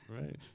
right